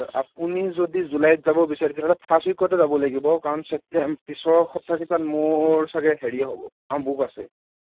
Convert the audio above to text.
হয় আপুনি যদি জুলাইত যাব বিচাৰিছে তেতিয়াহ'লে ফাৰ্ষ্ট উইকতে যাব লাগিব কাৰণ ছেপ্তেম পিছৰ সপ্তাহকেইটাত মোৰ চাগে হেৰিয়ে হ'ব কাৰণ বুক আছে